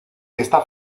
esta